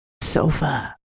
sofa